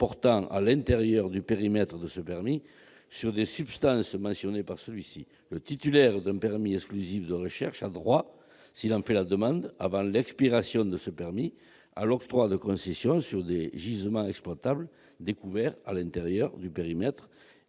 portant, à l'intérieur du périmètre de ce permis, sur des substances mentionnées par celui-ci. Le titulaire d'un permis exclusif de recherches a droit, s'il en fait la demande avant l'expiration de ce permis, à l'octroi de concessions sur les gisements exploitables découverts à l'intérieur du périmètre